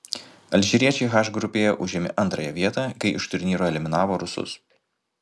alžyriečiai h grupėje užėmė antrąją vietą kai iš turnyro eliminavo rusus